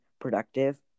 productive